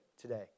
today